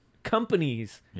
Companies